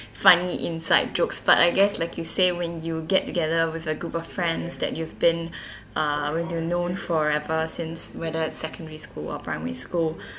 funny inside jokes but I guess like you say when you get together with a group of friends that you've been uh when you known forever since whether at secondary school or primary school